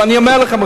ואני אומר לכם,